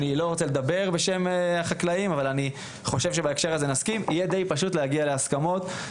אני לא רוצה לדבר בשם החקלאים אני חושב שיהיה פשוט להגיע להסכמות.